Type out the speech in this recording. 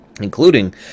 Including